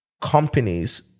Companies